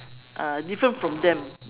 ah different from them